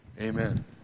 Amen